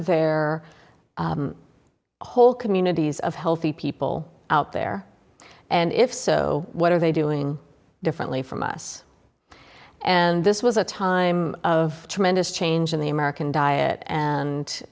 there whole communities of healthy people out there and if so what are they doing differently from us and this was a time of tremendous change in the american diet and